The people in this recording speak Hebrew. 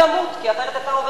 כי אחרת אתה עובר על החוק.